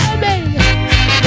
baby